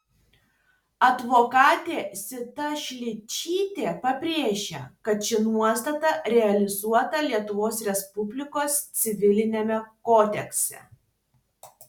advokatė zita šličytė pabrėžia kad ši nuostata realizuota lietuvos respublikos civiliniame kodekse